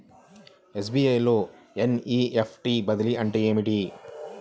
SBI లో NEFT బదిలీ అంటే ఏమిటి?